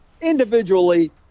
Individually